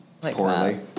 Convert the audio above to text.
poorly